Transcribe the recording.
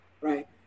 right